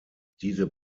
diese